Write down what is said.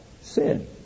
Sin